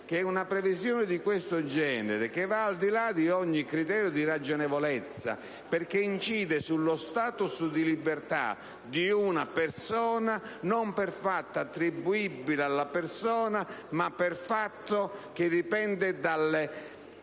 che una previsione di questo genere vada al di là di ogni criterio di ragionevolezza, perché incide sullo *status* di libertà di una persona, non per fatto attribuibile alla persona stessa, ma per fatto che dipende dall'inerzia